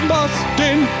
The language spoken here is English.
Boston